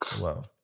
Wow